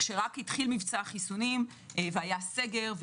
כשרק התחיל מבצע החיסונים והיה סגר,